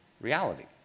reality